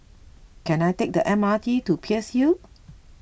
Can I take the M R T to Peirce Hill